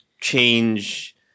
change